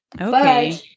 Okay